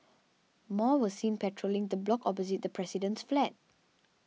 more were seen patrolling the block opposite the president's flat